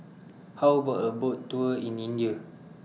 How about A Boat Tour in India